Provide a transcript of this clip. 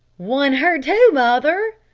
won her too, mother!